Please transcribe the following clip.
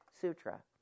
Sutra